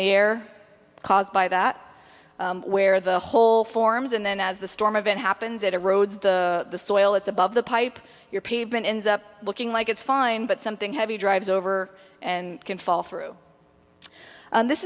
the air caused by that where the hole forms and then as the storm event happens it erodes the soil it's above the pipe your pavement ends up looking like it's fine but something heavy drives over and can fall through and this